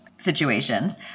situations